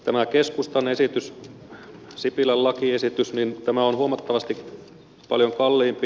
tämä keskustan esitys sipilän lakiesitys on huomattavasti kalliimpi